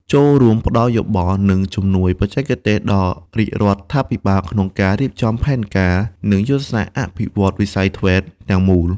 ចូលរួមផ្តល់យោបល់ និងជំនួយបច្ចេកទេសដល់រាជរដ្ឋាភិបាលក្នុងការរៀបចំផែនការ និងយុទ្ធសាស្ត្រអភិវឌ្ឍន៍វិស័យ ធ្វេត TVET ទាំងមូល។